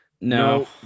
no